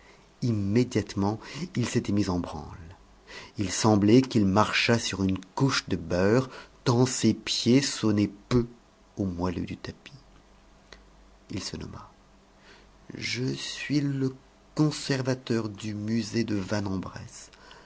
immédiatement il s'était mis en branle il semblait qu'il marchât sur une couche de beurre tant ses pieds sonnaient peu au moelleux du tapis il se nomma je suis le conservateur du musée de